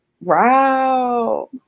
Wow